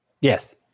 Yes